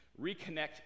Reconnect